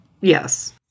Yes